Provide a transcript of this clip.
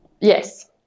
Yes